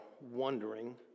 wondering